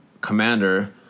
commander